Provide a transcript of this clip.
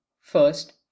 first